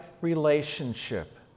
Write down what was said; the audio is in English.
relationship